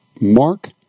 Mark